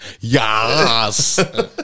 Yes